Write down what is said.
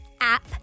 app